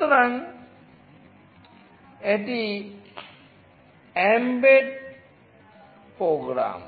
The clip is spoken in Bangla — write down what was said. সুতরাং এটি এমবেড প্রোগ্রাম